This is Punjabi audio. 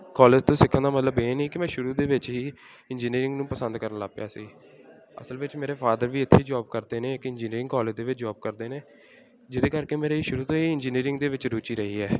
ਕੋਲੇਜ ਤੋਂ ਸਿੱਖਣ ਦਾ ਮਤਲਬ ਇਹ ਨਹੀਂ ਕਿ ਮੈਂ ਸ਼ੁਰੂ ਦੇ ਵਿੱਚ ਹੀ ਇੰਜੀਨੀਅਰਿੰਗ ਨੂੰ ਪਸੰਦ ਕਰਨ ਲੱਗ ਪਿਆ ਸੀ ਅਸਲ ਵਿੱਚ ਮੇਰੇ ਫਾਦਰ ਵੀ ਇੱਥੇ ਜੋਬ ਕਰਦੇ ਨੇ ਇੱਕ ਇੰਜੀਨੀਅਰਿੰਗ ਕੋਲੇਜ ਦੇ ਵਿੱਚ ਜੋਬ ਕਰਦੇ ਨੇ ਜਿਹਦੇ ਕਰਕੇ ਮੇਰੇ ਸ਼ੁਰੂ ਤੋਂ ਇਹ ਇੰਜੀਨੀਅਰਿੰਗ ਦੇ ਵਿੱਚ ਰੁਚੀ ਰਹੀ ਹੈ